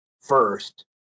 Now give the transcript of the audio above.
first